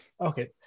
Okay